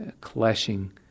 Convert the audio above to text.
clashing